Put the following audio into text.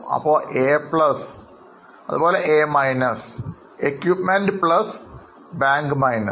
അപ്പോൾ A അതുപോലെ A സംഭവിക്കുന്നു